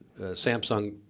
Samsung